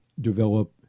develop